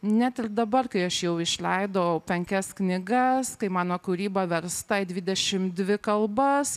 net ir dabar kai aš jau išleidau penkias knygas kai mano kūryba versta į dvidešimt dvi kalbas